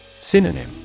Synonym